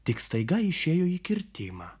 tik staiga išėjo į kirtimą